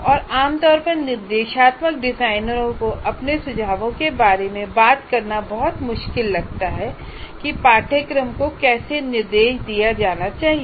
और आम तौर पर निर्देशात्मक डिजाइनरों को अपने सुझावों के बारे में बात करना बहुत मुश्किल लगता है कि पाठ्यक्रम को कैसे निर्देश दिया जाना चाहिए